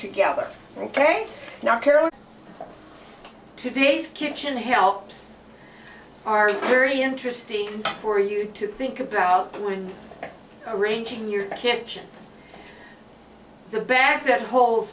together ok now carol today's kitchen helps are very interesting for you to think about when arranging your kitchen the back that hol